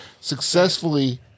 Successfully